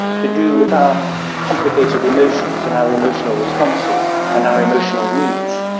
to do with our complicated emotions and our emotional responses and our emotional needs,